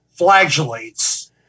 flagellates